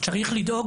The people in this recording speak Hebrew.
צריך לדאוג,